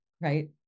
right